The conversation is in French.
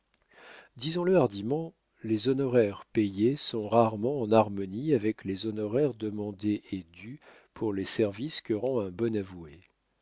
l'avoué disons-le hardiment les honoraires payés sont rarement en harmonie avec les honoraires demandés et dûs pour les services que rend un bon avoué